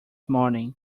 morning